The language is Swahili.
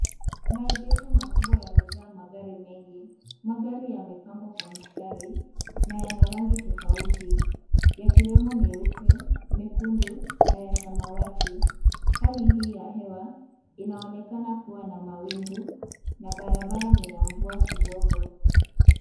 Maegesho makubwa yamejaa magari mengi. Magari yamepangwa kwa mstari na yana rangi tofauti, yakiwemo meupe, mekundu na ya samawati. Hali hii ya hewa inaonekana kuwa na mawingu na barabara ni ya mvua kidogo.